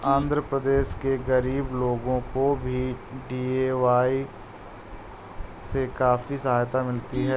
आंध्र प्रदेश के गरीब लोगों को भी डी.ए.वाय से काफी सहायता हुई है